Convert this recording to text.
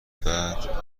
بعد